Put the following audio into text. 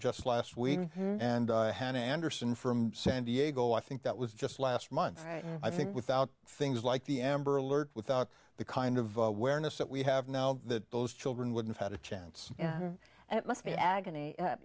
just last week and hannah anderson from san diego i think that was just last month i think without things like the amber alert without the kind of awareness that we have now that those children would have had a chance and it must be agony